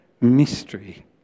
mystery